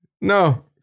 no